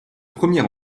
premier